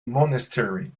monastery